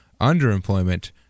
underemployment